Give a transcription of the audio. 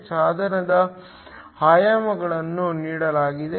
ಸಾಧನದ ಆಯಾಮಗಳನ್ನು ನೀಡಲಾಗಿದೆ